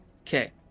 Okay